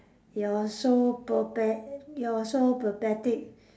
you are so pape~ you are so pathetic